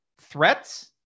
threats